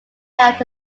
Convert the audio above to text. held